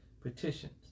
petitions